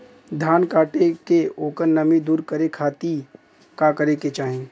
धान कांटेके ओकर नमी दूर करे खाती का करे के चाही?